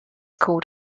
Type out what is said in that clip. called